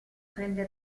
prende